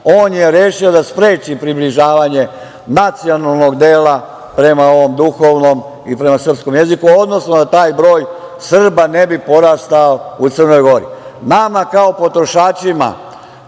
on je rešio da spreči približavanje nacionalnog dela prema ovom duhovnom i prema srpskom jeziku, odnosno da taj broj Srba ne bi porastao u Crnoj Gori. Nama kao potrošačima